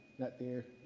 not there.